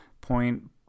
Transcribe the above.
point